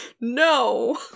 No